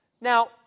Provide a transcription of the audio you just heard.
Now